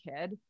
kid